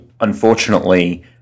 unfortunately